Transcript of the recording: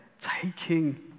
taking